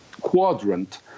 quadrant